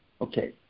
Okay